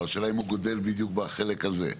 לא, השאלה אם הוא גודל בדיוק בחלק הזה.